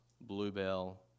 bluebell